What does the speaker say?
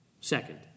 Second